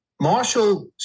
Marshall